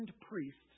priests